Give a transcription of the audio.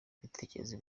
ibitekerezo